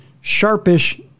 sharpish